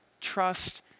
trust